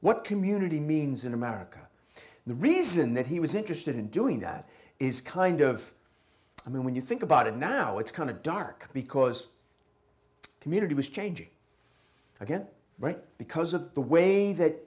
what community means in america the reason that he was interested in doing that is kind of i mean when you think about it now it's kind of dark because community was changing again right because of the way that